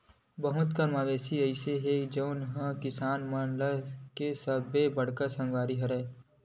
बहुत कन मवेशी अइसे हे जउन ह किसान मन के सबले बड़का संगवारी हरय